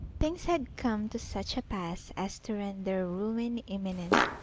things had come to such a pass as to render ruin imminent,